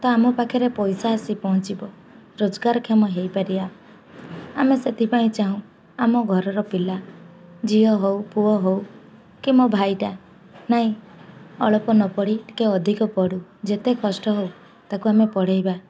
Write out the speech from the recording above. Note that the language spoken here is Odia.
ତ ଆମ ପାଖରେ ପଇସା ଆସି ପହଞ୍ଚିବ ରୋଜଗାରକ୍ଷମ ହୋଇପାରିବା ଆମେ ସେଥିପାଇଁ ଚାହୁଁ ଆମ ଘରର ପିଲା ଝିଅ ହେଉ ପୁଅ ହେଉ କି ମୋ ଭାଇଟା ନାଇଁ ଅଳ୍ପ ନପଢ଼ି ଟିକେ ଅଧିକ ପଢ଼ୁ ଯେତେ କଷ୍ଟ ହେଉ ତାକୁ ଆମେ ପଢ଼ାଇବା